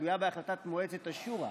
ותלויה בהחלטת מועצת השורא,